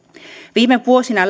viime vuosina lääkekorvausmenoissa